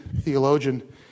theologian